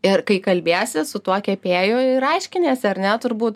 ir kai kalbiesi su tuo kepėju ir aiškiniesi ar ne turbūt